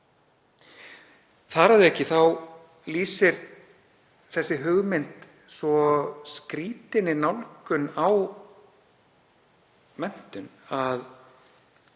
Þar að auki þá lýsir þessi hugmynd svo skrýtinni nálgun á menntun, að